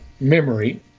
memory